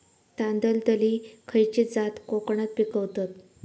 तांदलतली खयची जात कोकणात पिकवतत?